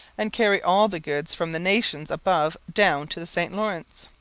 and carry all the goods from the nations above down to the st lawrence.